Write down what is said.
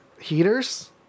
heaters